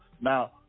Now